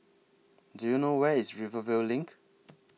Do YOU know Where IS Rivervale LINK